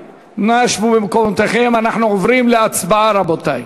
אנחנו עוברים להצבעה, רבותי.